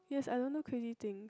yes I don't do crazy things